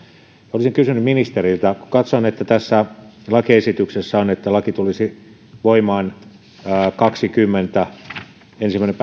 olisin kysynyt ministeriltä katsoin että tässä lakiesityksessä annettava laki tulisi voimaan ensimmäinen